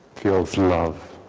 feels loved